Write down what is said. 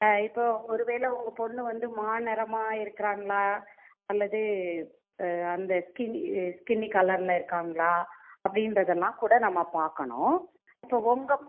இப்போது ஒருவேளை உங்கள் பொண்ணு வந்து மாநிறமா இருக்கிறாங்களா அல்லது அந்த கி ஸ்கின்னி கலரில் இருக்காங்களா அப்படின்றதெல்லாம் கூட நம்ம பார்க்கணும் இப்போ உங்க